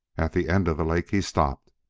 at the end of the lake he stopped.